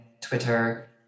Twitter